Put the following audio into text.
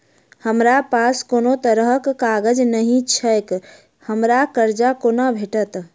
हमरा पास कोनो तरहक कागज नहि छैक हमरा कर्जा कोना भेटत?